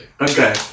Okay